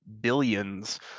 billions